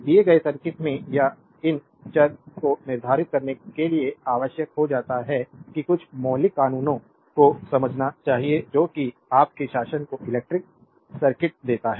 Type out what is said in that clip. दिए गए सर्किट में या इन चर को निर्धारित करने के लिए आवश्यक हो सकता है कि कुछ मौलिक कानूनों को समझना चाहिए जो कि आपके शासन को इलेक्ट्रिक सर्किट देता है